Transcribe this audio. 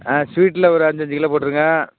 ஆ ஸ்வீட்டில் ஒரு அஞ்சுஞ்சு கிலோ போட்டுருங்க